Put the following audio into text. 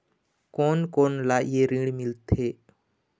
कोन कोन ला ये ऋण मिलथे?